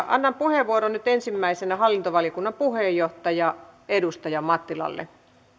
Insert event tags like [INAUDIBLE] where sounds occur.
[UNINTELLIGIBLE] annan puheenvuoron nyt ensimmäisenä hallintovaliokunnan puheenjohtaja edustaja mattilalle